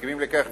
מסכימים לכך,